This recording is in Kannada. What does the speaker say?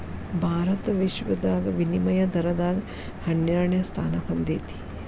ಭಾರತ ವಿಶ್ವದಾಗ ವಿನಿಮಯ ದರದಾಗ ಹನ್ನೆರಡನೆ ಸ್ಥಾನಾ ಹೊಂದೇತಿ